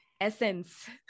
essence